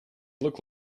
look